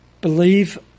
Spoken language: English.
believe